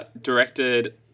directed